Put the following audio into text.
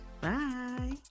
Bye